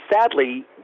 sadly